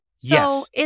Yes